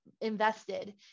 invested